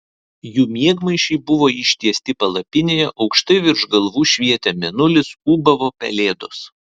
jų miegmaišiai buvo ištiesti palapinėje aukštai virš galvų švietė mėnulis ūbavo pelėdos